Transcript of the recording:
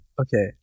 Okay